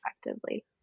effectively